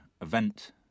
event